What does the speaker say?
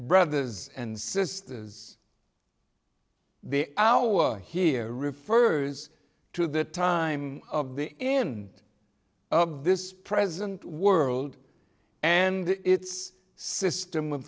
brothers and sisters the hour here refers to the time of the end of this present world and its system